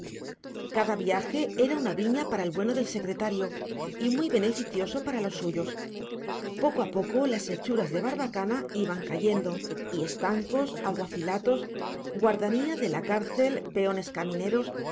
cada viaje era una viña para el bueno del secretario y muy beneficioso para los suyos poco a poco las hechuras de barbacana iban cayendo y estancos alguacilatos guardianía de la cárcel peones camineros